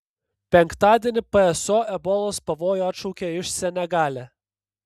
penktadienį pso ebolos pavojų atšaukė iš senegale